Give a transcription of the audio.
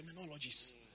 terminologies